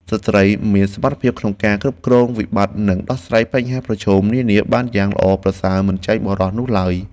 ស្ត្រីមានសមត្ថភាពក្នុងការគ្រប់គ្រងវិបត្តិនិងដោះស្រាយបញ្ហាប្រឈមនានាបានយ៉ាងល្អប្រសើរមិនចាញ់បុរសនោះឡើយ។